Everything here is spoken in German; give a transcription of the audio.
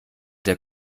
der